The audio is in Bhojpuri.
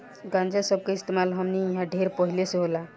गांजा सब के इस्तेमाल हमनी इन्हा ढेर पहिले से होला